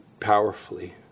powerfully